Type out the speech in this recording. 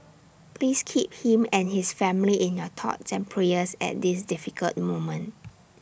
please keep him and his family in your thoughts and prayers at this difficult moment